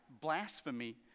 blasphemy